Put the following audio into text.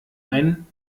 ein